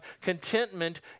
contentment